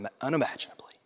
unimaginably